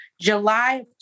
July